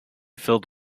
filled